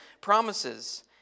promises